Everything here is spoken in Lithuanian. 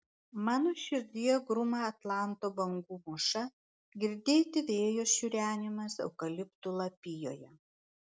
mano širdyje gruma atlanto bangų mūša girdėti vėjo šiurenimas eukaliptų lapijoje